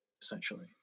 essentially